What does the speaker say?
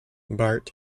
bart